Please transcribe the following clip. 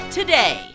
today